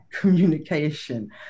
communication